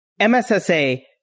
MSSA